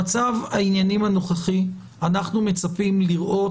במצב העניינים הנוכחי אנחנו מצפים לראות